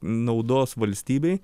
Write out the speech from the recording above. naudos valstybei